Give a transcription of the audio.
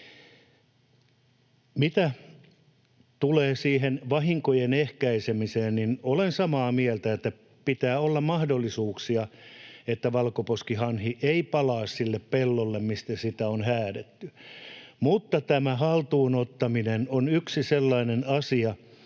Mitä tulee siihen vahinkojen ehkäisemiseen, niin olen samaa mieltä, että pitää olla mahdollisuuksia, että valkoposkihanhi ei palaa sille pellolle, mistä sitä on häädetty. Mutta tämä haltuun ottaminen on yksi sellainen asia,